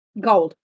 gold